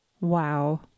Wow